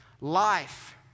Life